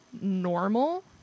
normal